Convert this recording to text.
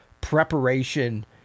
preparation